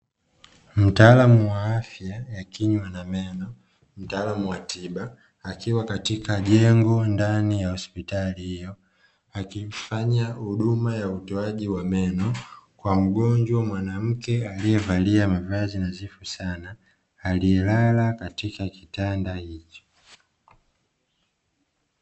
Mtaalamu wa afya ya kinywa na meno, mtaalamu wa tiba, akiwa katika jengo ndani ya hospitali hiyo, akifanya huduma ya utoaji wa meno, kwa mgonjwa mwanamke aliyevalia mavazi nadhifu sana, aliyelala katika kitanda hicho.